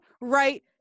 right